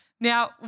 Now